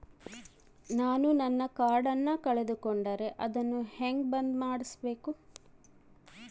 ನಾನು ನನ್ನ ಕಾರ್ಡನ್ನ ಕಳೆದುಕೊಂಡರೆ ಅದನ್ನ ಹೆಂಗ ಬಂದ್ ಮಾಡಿಸಬೇಕು?